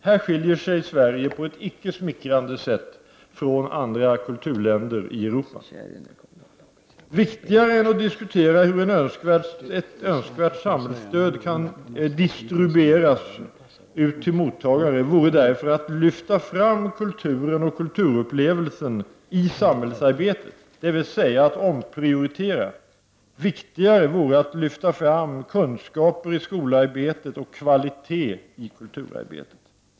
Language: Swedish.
Här skiljer sig Sverige på ett icke smickrande sätt från andra kulturländer i Europa. Viktigare än att diskutera hur ett önskvärt samhällsstöd kan distribueras till mottagare vore därför att lyfta fram kulturen och kulturupplevelsen i samhällsarbetet, dvs. att omprioritera. Viktigare vore att lyfta fram kunskaper i skolarbetet och kvalitet i kulturarbetet.